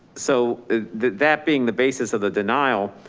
so that being the basis of the denial,